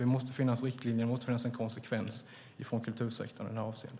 Det måste finnas riktlinjer och en konsekvens från kultursektorn i detta avseende.